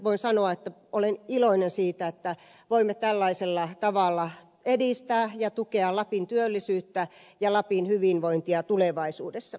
voin sanoa että olen iloinen siitä että voimme tällaisella tavalla edistää ja tukea lapin työllisyyttä ja lapin hyvinvointia tulevaisuudessa